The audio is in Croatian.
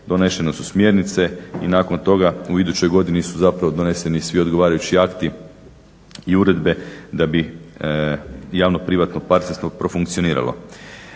Donešene su smjernice i nakon toga u idućoj godini su zapravo doneseni svi odgovarajući akti i uredbe da bi javno-privatno partnerstvo profunkcioniralo.